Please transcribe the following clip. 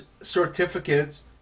certificates